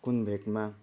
कुन भेकमा